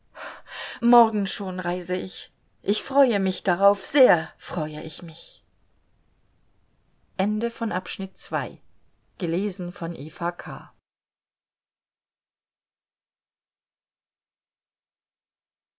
morgen schon reise ich ich freue mich darauf sehr freue ich mich